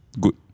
good